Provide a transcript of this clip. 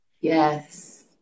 Yes